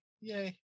Yay